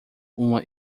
uma